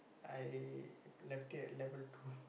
I left it at level two